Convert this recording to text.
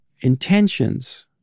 intentions